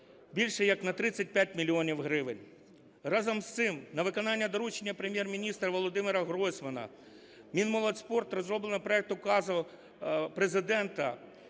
більш як на 35 мільйонів гривень. Разом з цим на виконання доручення Прем'єр-міністра Володимира Гройсмана Мінмолодьспорту розроблено проект указу Президента,